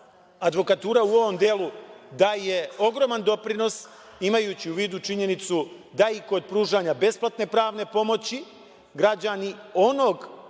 advokatura u ovom delu daje ogroman doprinos imajući u vidu činjenicu da i kod pružanja besplatne pravne pomoći građani one